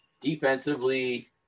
defensively